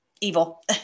evil